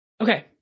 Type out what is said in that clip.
Okay